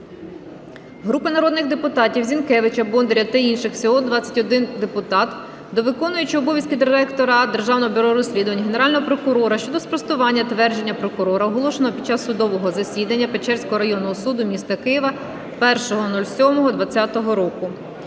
Групи народних депутатів (Зінкевича , Бондаря та інших. Всього 21 депутатів) до виконувача обов'язків Директора Державного бюро розслідувань, Генерального прокурора щодо спростування твердження прокурора, оголошеного під час судового засідання Печерського районного суду міста Києва 01.07.2020 року.